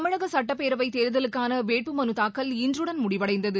தமிழக சுட்டப்பேரவை தேர்தலுக்கான வேட்பு மனுதாக்கல் இன்றுடன் முடிவடைந்தது